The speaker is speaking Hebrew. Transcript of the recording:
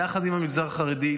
יחד עם המגזר החרדי,